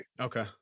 Okay